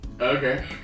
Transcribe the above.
Okay